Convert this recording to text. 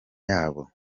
yabo